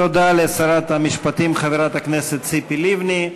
תודה לשרת המשפטים, חברת הכנסת ציפי לבני.